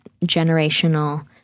generational